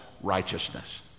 righteousness